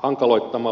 hankaloittamalla tätä luvitusta